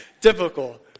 Typical